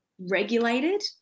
regulated